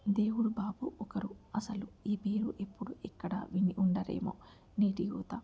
దేవుడు బాబు ఒకరు అసలు ఈ పేరు ఇప్పుడు ఎక్కడ విని ఉండరేమో నేటి యువత